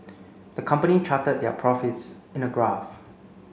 the company charted their profits in a graph